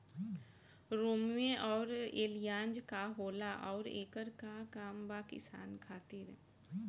रोम्वे आउर एलियान्ज का होला आउरएकर का काम बा किसान खातिर?